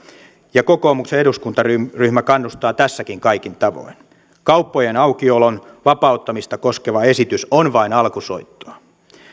ja kokoomuksen eduskuntaryhmä kannustaa tässäkin kaikin tavoin kauppojen aukiolon vapauttamista koskeva esitys on vain alkusoittoa